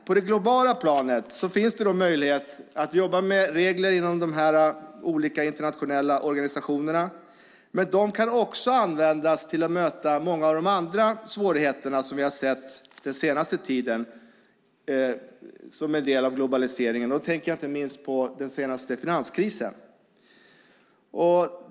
På det globala planet finns det möjligheter att jobba med regler inom de här olika internationella organisationerna. De kan också användas för att möta många av de andra svårigheter som vi har sett som en del av globaliseringen under den senaste tiden. Jag tänker inte minst på den senaste finanskrisen.